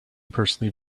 personally